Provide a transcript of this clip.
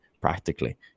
Practically